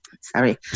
sorry